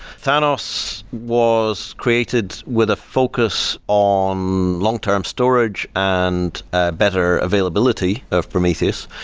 thanos was created with a focus on long-term storage and ah better availability of prometheus.